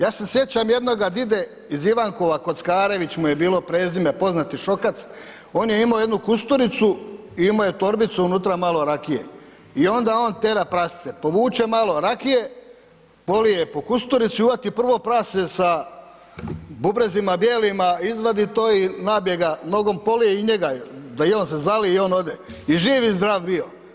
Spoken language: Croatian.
Ja se sjećam jednoga dide iz Ivankova, Kockarević mu je bilo prezime, poznati šokac, on je imao jednu kusturicu i imao je torbicu a unutra malo rakije i onda on tera prasce, povuče malo rakije, polije po kusturici, uhvati prvo prase sa bubrezima bijelima, izvadi to i nabije ga, nogom polije i njega da i on se zalije i on ode i živ i zdrav bio.